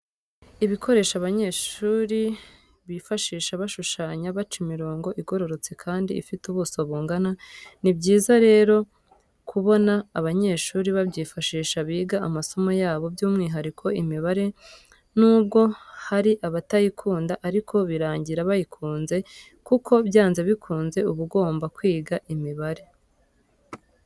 Ibikoresho abanyeshuri bifashisha bashushanya, baca imirongo igororotse kandi ifite ubuso bungana, ni byiza rero kubona abanyeshuri babyifashisha biga amasomo yabo byumwihariko imibare, nubwo hari abatayikunda ariko birangira bayize kuko byanze bikunze uba ugomba kwiga imibare.